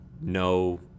no